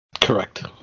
correct